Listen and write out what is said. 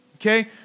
okay